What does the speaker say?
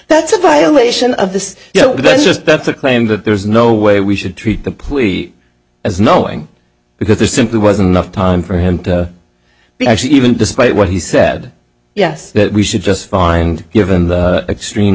that's a violation of this you know that's just that's a claim that there's no way we should treat the plea as knowing because there simply wasn't enough time for him to be actually even despite what he said yes that we should just find given the extreme